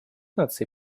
наций